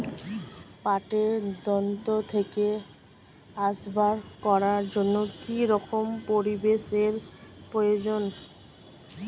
পাটের দণ্ড থেকে আসবাব করার জন্য কি রকম পরিবেশ এর প্রয়োজন?